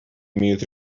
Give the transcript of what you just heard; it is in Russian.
имеют